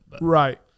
Right